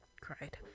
cried